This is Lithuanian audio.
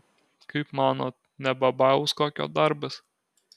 kaip manot ne babajaus kokio darbas